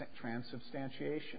transubstantiation